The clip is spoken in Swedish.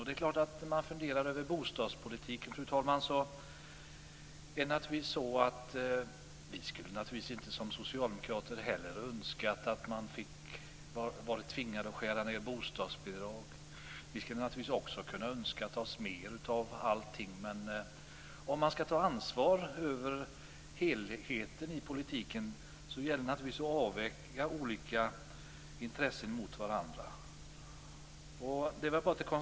Det är klart att när man funderar över bostadspolitiken, fru talman, är det naturligtvis så att inte heller vi socialdemokrater skulle önska att vi var tvingade att skära ned bostadsbidrag. Vi skulle också ha kunnat önska oss mer av allting, men om man skall ta ansvar för helheten i politiken gäller det naturligtvis att väga olika intressen mot varandra.